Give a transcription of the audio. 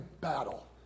battle